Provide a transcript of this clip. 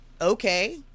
okay